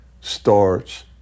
starts